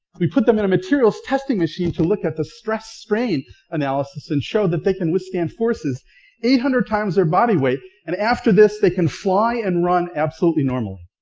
we put them in a materials testing machine to look at the stress strain analysis and showed that they can withstand forces eight hundred times their body weight, and after this they can fly and run absolutely normally.